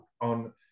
on